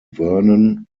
vernon